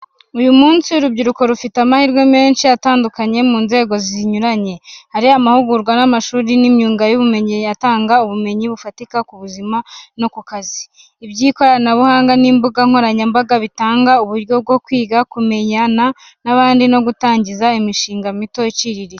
Uyu munsi, urubyiruko rufite amahirwe menshi atandukanye mu nzego zinyuranye. Hari amahugurwa n'amashuri y’imyuga n’ubumenyi atanga ubumenyi bufatika ku buzima no ku kazi. Iby’ikoranabuhanga n’imbuga nkoranyambaga bitanga uburyo bwo kwiga, kumenyana n’abandi, no gutangiza imishinga mito iciriritse.